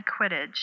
Quidditch